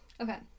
Okay